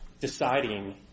deciding